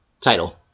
title